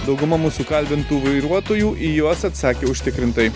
dauguma mūsų kalbintų vairuotojų į juos atsakė užtikrintai